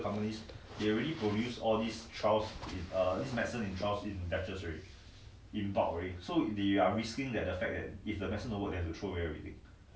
most likely can put produce